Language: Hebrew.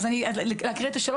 אז להקריא את השאלות?